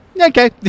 Okay